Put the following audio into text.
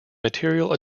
material